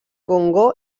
congo